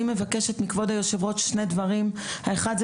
אני מבקשת מכבוד היושב ראש שני דברים: הדבר הראשון,